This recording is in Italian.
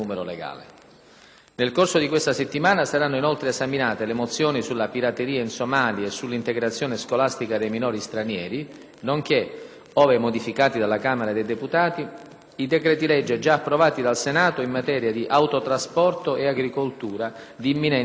Nel corso di questa settimana saranno inoltre esaminate le mozioni sulla pirateria in Somalia e sull'integrazione scolastica dei minori stranieri, nonché - ove modificati dalla Camera dei deputati - i decreti-legge già approvati dal Senato in materia di autotrasporto e agricoltura di imminente scadenza